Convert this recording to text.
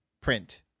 print